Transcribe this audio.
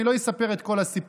אני לא אספר את כל הסיפור,